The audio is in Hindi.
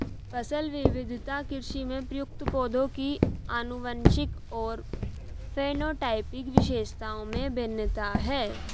फसल विविधता कृषि में प्रयुक्त पौधों की आनुवंशिक और फेनोटाइपिक विशेषताओं में भिन्नता है